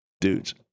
Dudes